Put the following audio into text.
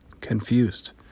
confused